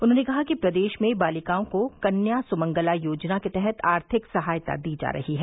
उन्होंने कहा कि प्रदेश में बालिकाओं को कन्या सुमंगला योजना के तहत आर्थिक सहायता दी जा रही है